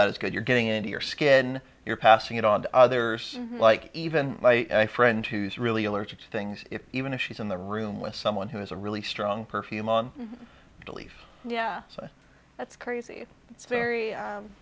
that is good you're getting into your skin you're passing it on to others like even my friend who's really allergic to things even if she's in the room with someone who has a really strong perfume on belief yeah that's crazy it's very